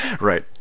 Right